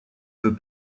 veut